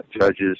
judges